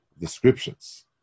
descriptions